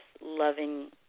loving